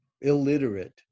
illiterate